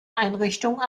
einrichtung